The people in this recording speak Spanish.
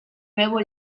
nuevo